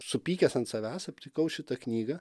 supykęs ant savęs aptikau šitą knygą